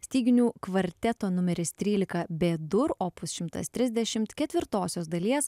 styginių kvarteto numeris trylika b dur opus šimtas trisdešimt ketvirtosios dalies